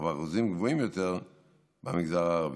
אבל באחוזים גבוהים מאוד במגזר הערבי.